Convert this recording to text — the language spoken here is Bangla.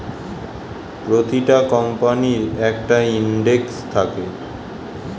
প্রতিটা কোম্পানির একটা ইন্ডেক্স থাকে